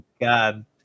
god